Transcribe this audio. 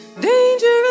Dangerous